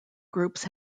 groups